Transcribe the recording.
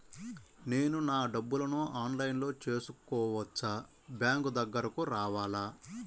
నేను నా డబ్బులను ఆన్లైన్లో చేసుకోవచ్చా? బ్యాంక్ దగ్గరకు రావాలా?